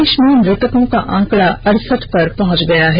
देश में मृतकों का आंकडा अरसठ पर पहंच गया है